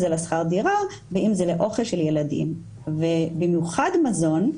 זה לשכ"ד ואם זה לאוכל של ילדים ובמיוחד מזון,